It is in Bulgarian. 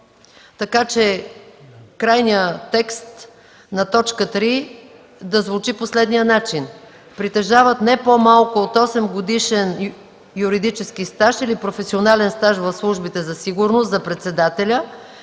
Така че крайният текст на т. 3 да звучи по следния начин: „3. притежават не по-малко от 8-годишен юридически стаж или професионален стаж в службите за сигурност – за председателя,